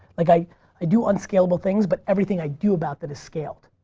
like i i do unscalable things, but everything i do about them is scaled.